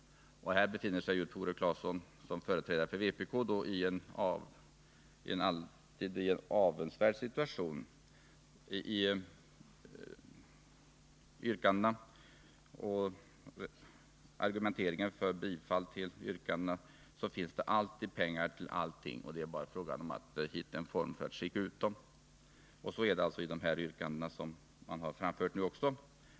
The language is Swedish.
Som företrädare för vpk befinner sig Tore Claeson som alltid i en avundsvärd situation. I vpk:s argumentering för bifall till yrkandena finns det alltid pengar till allting — det är bara fråga om att hitta en form för att skicka ut dem. Så är det också här.